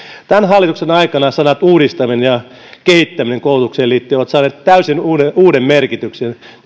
tämän hallituksen aikana sanat uudistaminen ja kehittäminen koulutukseen liittyen ovat saaneet täysin uuden uuden merkityksen